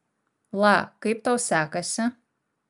la kaip tau sekasi